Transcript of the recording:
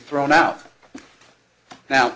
thrown out now